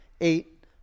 eight